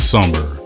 Summer